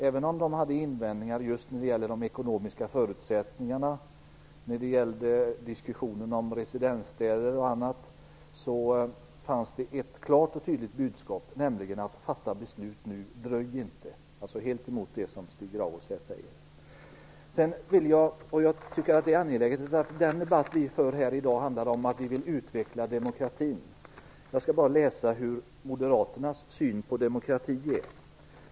Även om de hade invändningar just när det gällde de ekonomiska förutsättningarna, diskussionen om residensstäder och annat fanns det ett klart och tydligt budskap, nämligen att vi skulle fatta beslut nu och inte dröja. Det står alltså helt i motsats till det Stig Grauers här säger. Den debatt vi för här i dag handlar om att vi vill utveckla demokratin. Jag skall bara läsa upp hur Moderaternas syn på demokrati är.